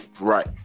Right